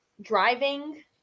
driving